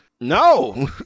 no